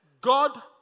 God